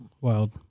Wild